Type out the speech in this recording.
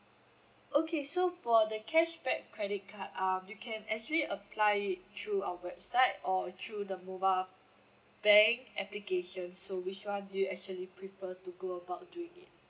okay so for the cashback credit card um you can actually apply it through our website or through the mobile bank application so which one do you actually prefer to go about doing it